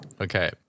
Okay